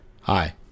Hi